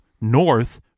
north